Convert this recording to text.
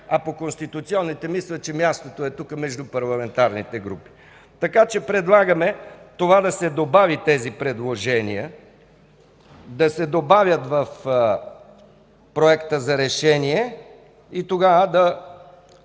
а по конституционните мисля, че мястото е тук – между парламентарните групи. Предлагаме да се добавят тези предложения в Проекта за решение и тогава да